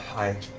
i.